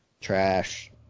trash